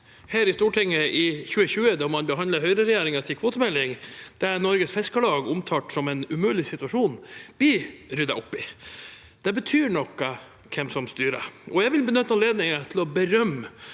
her i Stortinget i 2020, da man behandlet Høyre-regjeringens kvotemelding – det Norges Fiskarlag omtalte som en umulig situasjon – blir ryddet opp i. Det betyr noe hvem som styrer. Jeg vil benytte anledningen til å berømme